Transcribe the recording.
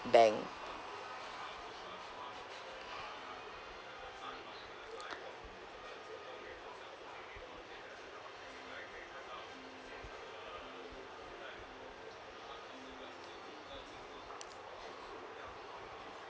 bank